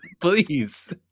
please